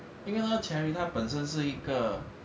因为那个 cherry 它本身是一个